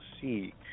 see